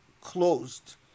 closed